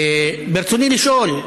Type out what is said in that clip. ברצוני לשאול,